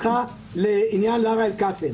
כי אזרח לא יודע להיכנס לראש של השר ולהוכיח שיקולים זרים